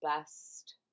best